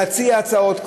להציע הצעות,